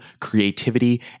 creativity